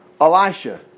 Elisha